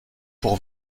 pour